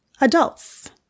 adults